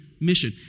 mission